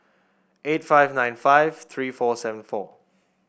eight five nine five three four seven four